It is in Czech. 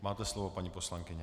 Máte slovo, paní poslankyně.